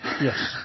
Yes